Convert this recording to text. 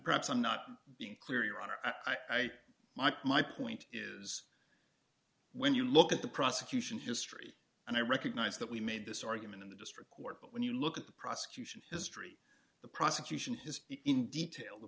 perhaps on not being clear your honor i'd like my point is when you look at the prosecution history and i recognize that we made this argument in the district court but when you look at the prosecution history the prosecution his in detail the